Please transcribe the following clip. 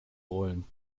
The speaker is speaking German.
rollen